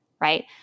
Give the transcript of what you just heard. right